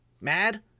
mad